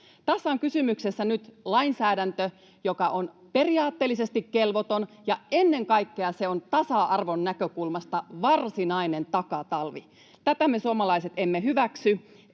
Tässä on kysymyksessä nyt lainsäädäntö, joka on periaatteellisesti kelvoton, ja ennen kaikkea se on tasa-arvon näkökulmasta varsinainen takatalvi. Tätä me suomalaiset emme hyväksy.